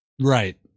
Right